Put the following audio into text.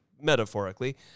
metaphorically